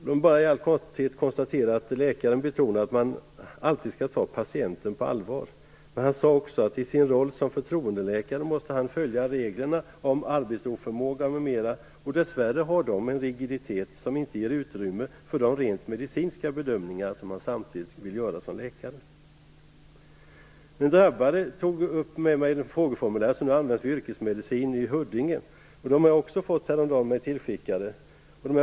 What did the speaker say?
Låt mig i all korthet bara konstatera att läkaren betonade att man alltid skall ta patienten på allvar. Men han sade också att han, i sin roll som förtroendeläkare, måste följa de regler om arbetsoförmåga m.m. som finns, och dessvärre har de en rigiditet som inte ger utrymme för de rent medicinska bedömningar han samtidigt vill göra som läkare. Den drabbade personen tog upp ett frågeformulär som används av avdelningen för yrkesmedicin vid Huddinge sjukhus. Detta formulär fick jag mig härom dagen tillskickat.